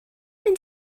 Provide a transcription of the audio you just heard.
mynd